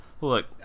Look